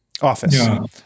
office